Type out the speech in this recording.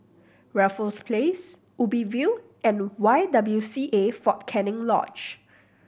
Raffles Place Ubi View and Y W C A Fort Canning Lodge